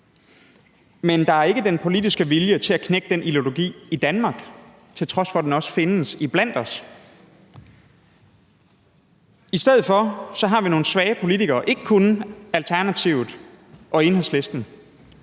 Men der er ikke den politiske vilje til at knække den ideologi i Danmark, til trods for at den også findes iblandt os. I stedet for har vi nogle svage politikere, ikke kun i Alternativet og Enhedslisten,